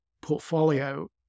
portfolio